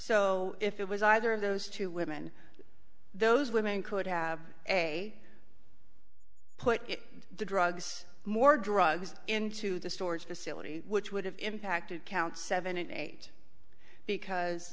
so if it was either of those two women those women could have a put the drugs more drugs into the storage facility which would have impacted count seven and eight because